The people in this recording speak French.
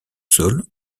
sol